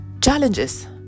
challenges